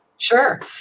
Sure